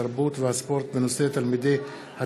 התרבות והספורט בעקבות דיון בהצעתם של חברי הכנסת מירב בן ארי,